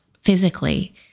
physically